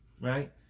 Right